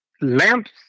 lamps